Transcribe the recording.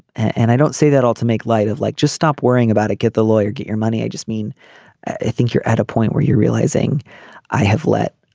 and i don't say that all to make light of like just stop worrying about it get the lawyer get your money i just mean i think you're at a point where you're realizing i have let